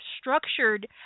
structured